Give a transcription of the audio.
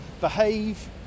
behave